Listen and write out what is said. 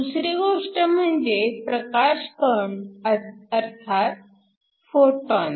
दुसरी गोष्ट म्हणजे प्रकाशकण अर्थात फोटॉन